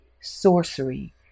sorcery